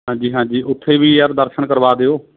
ਹਾਂਜੀ ਹਾਂਜੀ ਉੱਥੇ ਵੀ ਯਾਰ ਦਰਸ਼ਨ ਕਰਵਾ ਦਿਓ